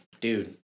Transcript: Dude